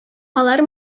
алар